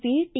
P T